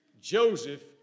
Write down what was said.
Joseph